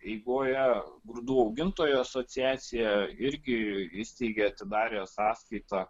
eigoje grūdų augintojų asociacija irgi įsteigė atidarė sąskaitą